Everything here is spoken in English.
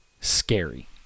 scary